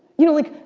you know like,